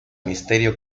misterio